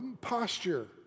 posture